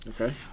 Okay